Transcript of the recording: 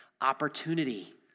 opportunity